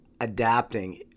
adapting –